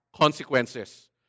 consequences